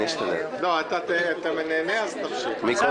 לא, אם אתה נהנה תמשיך.